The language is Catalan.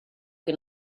que